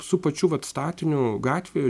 su pačiu statiniu gatvėj